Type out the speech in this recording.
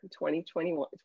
2021